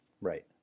Right